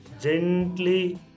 gently